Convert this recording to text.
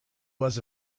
was